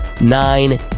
nine